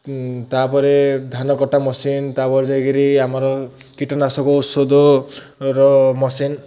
ତା'ପରେ ଧାନ କଟା ମସିନ୍ ତା'ପରେ ଯାଇକିରି ଆମର କୀଟନାଶକ ଔଷଧ ର ମେସିନ୍